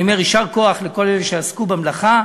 אני אומר: יישר כוח לכל אלה שעסקו במלאכה,